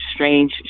strange